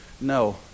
No